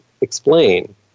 explain